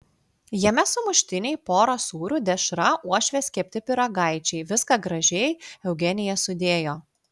jame sumuštiniai pora sūrių dešra uošvės kepti pyragaičiai viską gražiai eugenija sudėjo